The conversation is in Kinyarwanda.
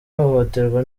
ihohoterwa